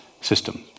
system